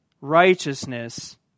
righteousness